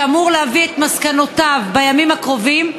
שאמור להביא את מסקנותיו בימים הקרובים,